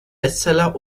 bestseller